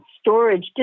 storage